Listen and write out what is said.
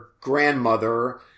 grandmother